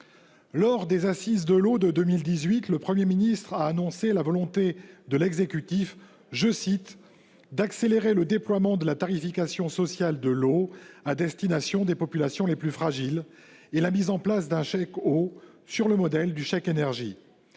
Lors des assises de l'eau de 2018, le Premier ministre a annoncé la volonté de l'exécutif « d'accélérer le déploiement de la tarification sociale de l'eau à destination des populations les plus fragiles » et la mise en place d'un chèque eau, sur le modèle du chèque énergie.